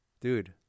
dude